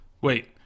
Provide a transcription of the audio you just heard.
Wait